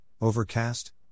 Overcast